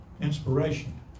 Inspiration